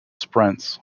sprints